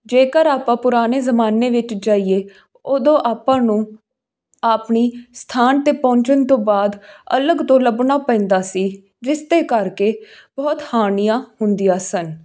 ਜੇਕਰ ਆਪਾਂ ਪੁਰਾਣੇ ਜ਼ਮਾਨੇ ਵਿੱਚ ਜਾਈਏ ਉਦੋਂ ਆਪਾਂ ਨੂੰ ਆਪਣੀ ਸਥਾਨ 'ਤੇ ਪਹੁੰਚਣ ਤੋਂ ਬਾਅਦ ਅਲੱਗ ਤੋਂ ਲੱਭਣਾ ਪੈਂਦਾ ਸੀ ਜਿਸ ਦੇ ਕਰਕੇ ਬਹੁਤ ਹਾਨੀਆਂ ਹੁੰਦੀਆਂ ਸਨ